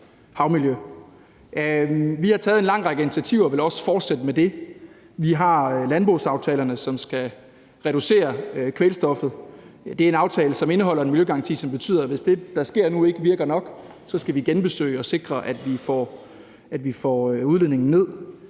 Vi har taget en lang række initiativer og vil også fortsætte med det. Vi har landbrugsaftalerne, som skal reducere kvælstofudledningen, og det er en aftale, som indeholder en miljøgaranti, som betyder, at hvis det, der sker nu, ikke virker nok, skal vi genbesøge det og sikre, at vi får udledningen ned.